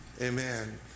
Amen